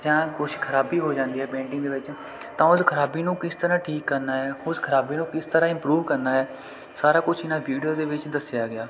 ਜਾਂ ਕੁਛ ਖਰਾਬੀ ਹੋ ਜਾਂਦੀ ਹੈ ਪੇਂਟਿੰਗ ਦੇ ਵਿੱਚ ਤਾਂ ਉਹ ਇਸ ਖਰਾਬੀ ਨੂੰ ਕਿਸ ਤਰ੍ਹਾਂ ਠੀਕ ਕਰਨਾ ਹੈ ਉਸ ਖਰਾਬੀ ਨੂੰ ਕਿਸ ਤਰ੍ਹਾਂ ਇੰਮਪਰੂਵ ਕਰਨਾ ਹੈ ਸਾਰਾ ਕੁਛ ਇਹਨਾਂ ਵੀਡੀਓ ਦੇ ਵਿੱਚ ਦੱਸਿਆ ਗਿਆ